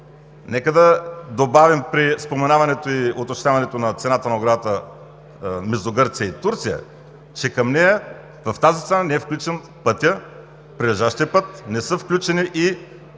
Нека да добавим: при споменаването и уточняването на цената на оградата между Гърция и Турция, че към нея – в тази цена, не е включен прилежащият път, не са включени и